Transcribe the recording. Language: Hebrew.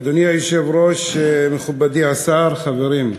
אדוני היושב-ראש, מכובדי השר, חברים,